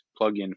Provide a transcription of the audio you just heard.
plugin